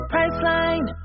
Priceline